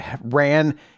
ran